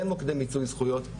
אין מוקדי מיצוי זכויות,